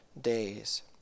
days